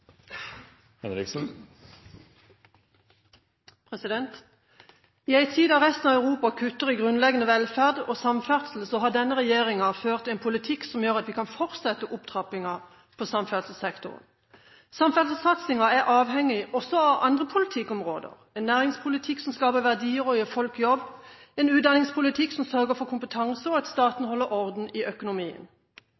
resten av Europa kutter i grunnleggende velferd og samferdsel, har denne regjeringen ført en politikk som gjør at vi kan fortsette opptrappingen på samferdselssektoren. Samferdselssatsingen er også avhengig av andre politikkområder – en næringspolitikk som skaper verdier og gir folk jobb, en utdanningspolitikk som sørger for kompetanse, og at staten